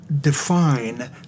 define